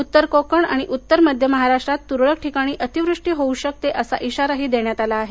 उत्तर कोकण आणि उत्तर मध्य महाराष्ट्रात तुरळक ठिकाणी अतिवृष्टी होऊ शकते असा इशाराही देण्यात आला आहे